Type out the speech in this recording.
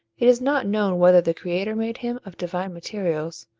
it is not known whether the creator made him of divine materials,